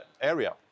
area